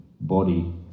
body